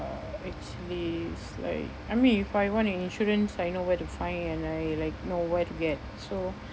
uh actually it's like I mean if I want an insurance I know where to find and I like know where to get so